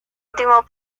último